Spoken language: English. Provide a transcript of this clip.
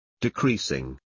decreasing